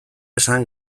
esan